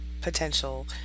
potential